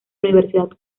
universidad